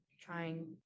trying